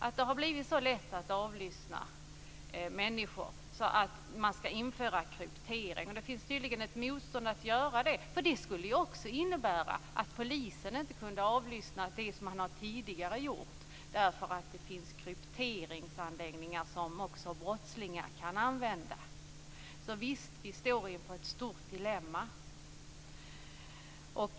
Det har blivit så lätt att avlyssna människor att man skall införa kryptering. Det finns tydligen ett motstånd mot att göra det. Det skulle ju också innebära att polisen inte kan avlyssna som man tidigare har gjort därför att det finns krypteringsanläggningar som också brottslingar kan använda. Så visst, vi står inför ett stort dilemma.